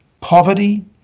poverty